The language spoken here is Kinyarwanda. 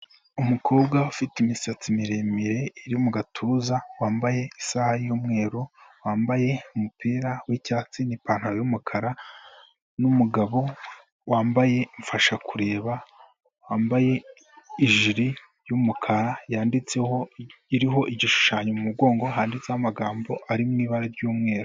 Umukobwa ufite imisatsi miremire, iri mu gatuza, wambaye isaha y'umweru, wambaye umupira w'icyatsi n'ipantaro y'umukara, n'umugabo wambaye imfasha kureba, wambaye ijili y'umukara, yanditseho iriho igishushanyo mu mugongo, handitseho amagambo ari mu ibara ry'umweru.